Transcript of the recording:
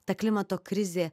ta klimato krizė